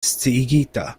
sciigita